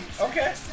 Okay